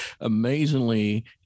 Amazingly